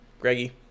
Greggy